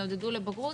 יעודדו לבגרות,